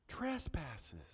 Trespasses